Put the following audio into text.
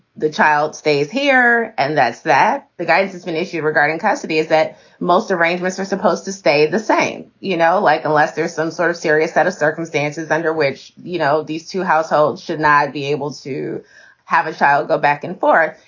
the child stays here, and that's that the guidance has been issued regarding custody is that most arrangements are supposed to stay the same. you know, like unless there's some sort of serious set of circumstances under which, you know, these two households should not be able to have a child go back and forth.